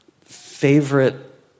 favorite